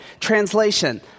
Translation